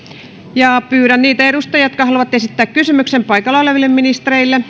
pyydän niitä edustajia jotka haluavat esittää kysymyksen paikalla oleville ministereille